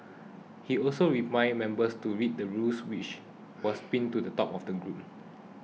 he also reminded members to read the rules which was pinned to the top of the group